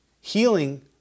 Healing